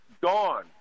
Gone